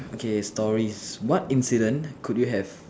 okay stories what incident could you have